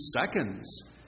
seconds